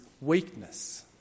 weakness